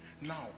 now